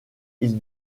ils